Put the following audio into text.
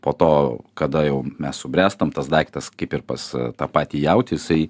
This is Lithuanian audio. po to kada jau mes subręstam tas daiktas kaip ir pas tą patį jautį jisai